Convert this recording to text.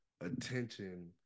attention